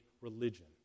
religion